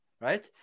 Right